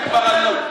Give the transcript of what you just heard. הם כבר עלו.